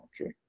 okay